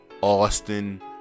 Austin